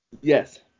Yes